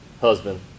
husband